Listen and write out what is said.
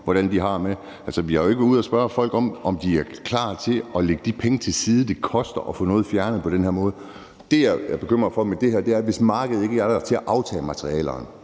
hvordan de har det med det. Altså, vi har jo ikke været ude at spørge folk, om de er klar til at lægge de penge til side, det koster at få noget fjernet på den her måde. Det, jeg er bekymret for ved det her, er, at markedet ikke er der til at aftage materialerne.